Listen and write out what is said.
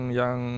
yang